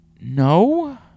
No